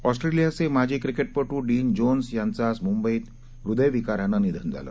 ऑस्ट्रेलियाचे माजी क्रिकेटपटू डिन जोन्स यांचं आज मुंबईत हृदयविकारानं निधन झालं